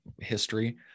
history